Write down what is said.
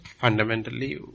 fundamentally